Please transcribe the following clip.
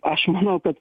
aš manau kad